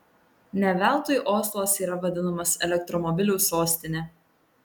ne veltui oslas yra vadinamas elektromobilių sostine